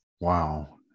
Wow